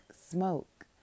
smoke